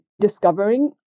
discovering